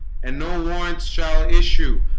and no warrants shall issue,